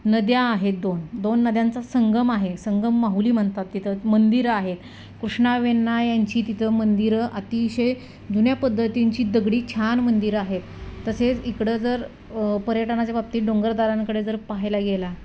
नद्या आहेत दोन दोन नद्यांचा संगम आहे संगम माहुली म्हणतात तिथं मंदिरं आहेत कृष्णा वेण्णा यांची तिथं मंदिरं अतिशय जुन्या पद्धतींची दगडी छान मंदिरं आहेत तसेच इकडं जर पर्यटनाच्या बाबतीत डोंगरदऱ्यांकडे जर पाहायला गेला